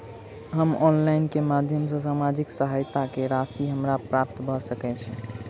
हम ऑनलाइन केँ माध्यम सँ सामाजिक सहायता केँ राशि हमरा प्राप्त भऽ सकै छै?